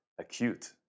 acute